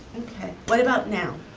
okay, what about now.